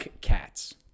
cats